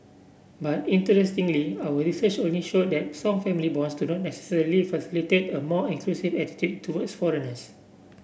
but interestingly our research only show that strong family bonds do not necessarily facilitate a more inclusive attitude towards foreigners